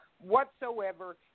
whatsoever